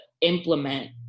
implement